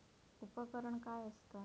उपकरण काय असता?